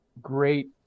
great